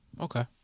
Okay